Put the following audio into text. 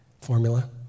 formula